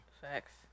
Facts